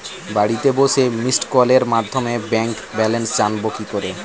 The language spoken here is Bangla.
বাড়িতে বসে মিসড্ কলের মাধ্যমে ব্যাংক ব্যালেন্স জানবো কি করে?